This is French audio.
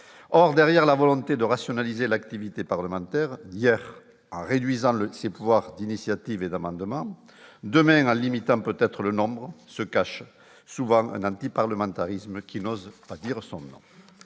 or derrière la volonté de rationaliser l'activité parlementaire hier en réduisant le sait pouvoir d'initiative et d'amendements demain limitant, peut-être le nom se cache souvent un antiparlementarisme qui n'ose pas dire son nom,